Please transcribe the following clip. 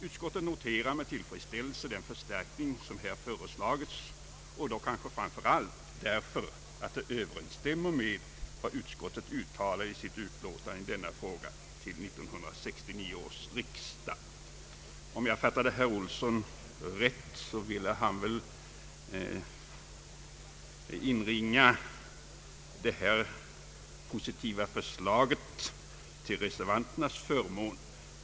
Utskottet noterar med tillfredsställelse den förstärkning som här företagits, detta kanske framför allt för att det överensstämmer med vad utskottet uttalade i sitt utlåtande i denna fråga till 1969 års riksdag. Om jag fattade herr Olsson rätt ville han inringa detta positiva förslag till reservanternas förmån.